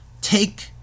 take